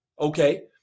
okay